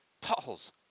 potholes